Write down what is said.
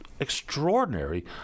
Extraordinary